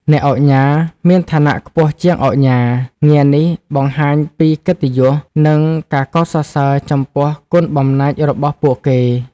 អ្នកឧកញ៉ា មានឋានៈខ្ពស់ជាង ឧកញ៉ា ងារនេះបង្ហាញពីកិត្តិយស និងការកោតសរសើរចំពោះគុណបំណាច់របស់ពួកគេ។